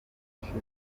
nyinshi